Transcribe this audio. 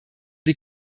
die